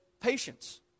patience